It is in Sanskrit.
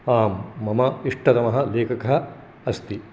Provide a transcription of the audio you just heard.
आं मम इष्टतमः लेखकः अस्ति